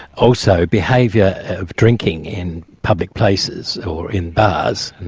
also behaviour of drinking in public places, or in bars, and